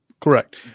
correct